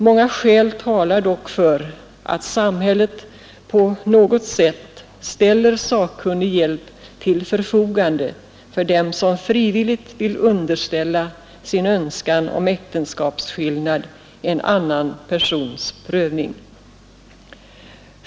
Många skäl talar dock för att samhället på något sätt ställer sakkunnig hjälp till förfogande för dem som frivilligt vill underställa sin önskan om äktenskapsskillnad en annan persons prövning.